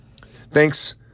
Thanks